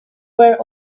were